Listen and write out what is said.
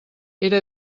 era